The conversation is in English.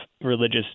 religious